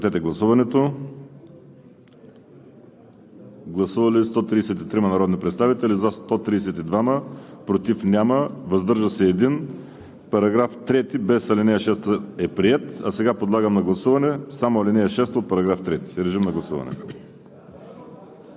Подлагам на гласуване